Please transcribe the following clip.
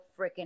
freaking